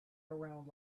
around